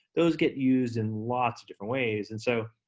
those get used in lots of different ways, and so,